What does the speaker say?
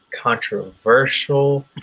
controversial